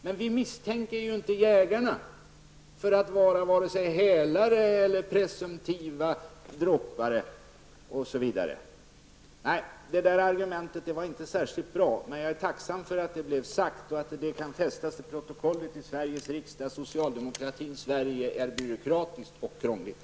Men vi misstänker ju inte jägarna för att vara vare sig hälare eller presumtiva dråpare. Det där argumentet var inte särskilt bra, men jag är tacksam för att det blev sagt och att det kan fästas till protokollet i Sveriges riksdag att socialdemokratins Sverige är byråkratiskt och krångligt.